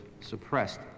suppressed